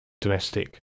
domestic